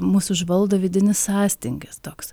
mus užvaldo vidinis sąstingis toks